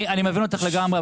אני מבין אותך לגמרי,